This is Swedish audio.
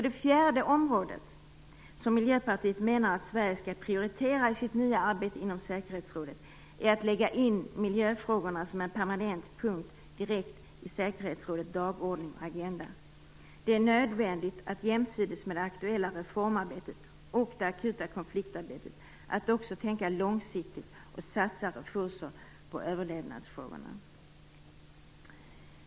Det fjärde området, som Miljöpartiet menar att Sverige skall prioritera i sitt nya arbete inom säkerhetsrådet, är att lägga in miljöfrågorna som en permanent punkt direkt i säkerhetsrådets dagordning och agenda. Det är nödvändigt att jämsides med det aktuella reformarbetet och det akuta konfliktarbetet också tänka långsiktigt och satsa resurser på överlevnadsfrågorna.